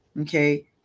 Okay